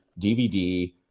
DVD